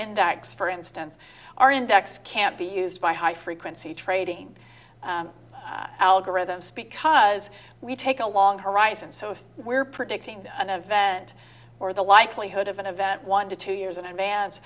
bags for instance our index can't be used by high frequency trading algorithms because we take a long horizon so if we're predicting an event or the likelihood of an event one to two years in advance